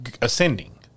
ascending